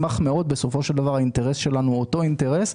בסופו של דבר, האינטרס שלנו הוא אותו אינטרס,